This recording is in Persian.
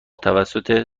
توسط